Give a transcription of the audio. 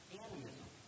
animism